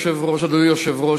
אדוני היושב-ראש,